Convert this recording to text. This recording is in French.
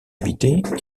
habitée